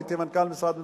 הייתי מנכ"ל משרד ממשלתי,